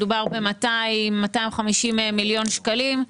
מדובר ב-200 250 מיליון שקלים.